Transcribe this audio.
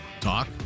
talk